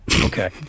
okay